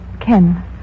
Ken